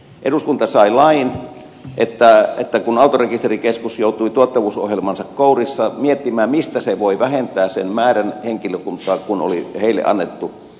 eduskunta sai lain kun autorekisterikeskus joutui tuottavuusohjelmansa kourissa miettimään mistä se voi vähentää sen määrän henkilökuntaa mikä heille oli annettu ohjeeksi